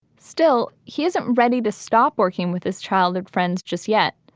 still, he isn't ready to stop working with his childhood friends just yet.